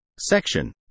Section